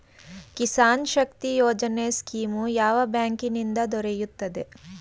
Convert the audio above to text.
Kisan Shakti Yojana scheme ಯಾವ ಬ್ಯಾಂಕಿನಿಂದ ದೊರೆಯುತ್ತದೆ?